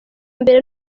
mbere